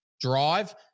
drive